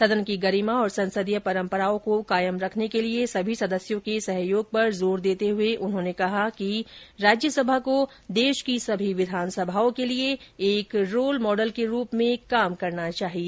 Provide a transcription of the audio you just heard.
सदन की गरिमा और संसदीय परंपराओं को कायम रखने के लिए सभी सदस्यों के सहयोग पर जोर देते हुए उन्होंने कहा कि राज्यसभा को देश की सभी विधानसभाओं के लिए एक रोल मॉडल के रूप में काम करना चाहिए